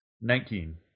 Nineteen